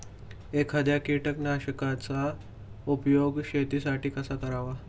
एखाद्या कीटकनाशकांचा उपयोग शेतीसाठी कसा करावा?